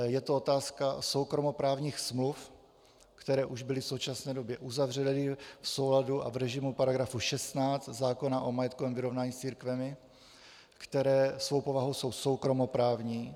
Je to otázka soukromoprávních smluv, které už byly v současné době uzavřeny v souladu a v režimu § 16 zákona o majetkovém vyrovnání s církvemi, které svou povahou jsou soukromoprávní.